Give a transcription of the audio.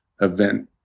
event